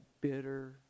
bitter